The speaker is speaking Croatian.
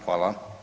Hvala.